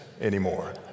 anymore